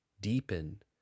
deepen